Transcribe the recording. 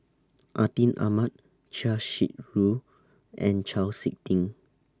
Atin Amat Chia Shi Lu and Chau Sik Ting